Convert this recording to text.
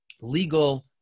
legal